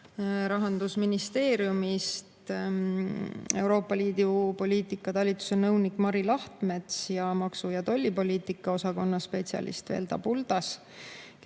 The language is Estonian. Rahandusministeeriumist Euroopa Liidu poliitika talituse nõunik Mari Lahtmets ja maksu‑ ja tollipoliitika osakonna spetsialist Velda Buldas,